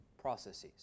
processes